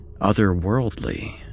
otherworldly